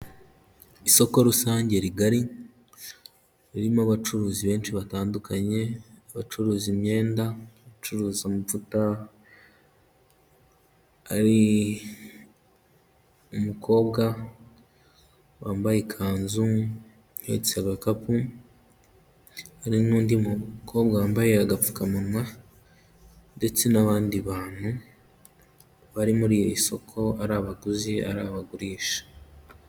Isoko rusange rigari, ririmo abacuruzi benshi batandukanye, bacuruza imyenda bacuruza amavuta, hari umukobwa wambaye ikanzu, uhetse agakapu, hari n'undi mukobwa wambaye agapfukamunwa ndetse n'abandi bantu, bari muri iri isoko ari abaguzi ari abagurisha.